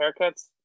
haircuts